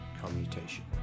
commutation